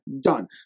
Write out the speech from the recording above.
Done